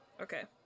Okay